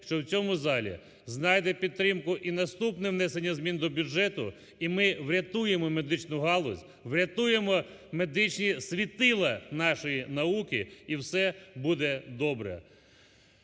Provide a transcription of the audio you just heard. що в цьому залі знайде підтримку і наступне внесення змін до бюджету, і ми врятуємо медичну галузь, врятуємо медичні світила нашої науки і все буде добре.